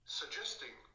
suggesting